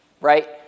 right